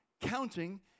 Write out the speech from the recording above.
counting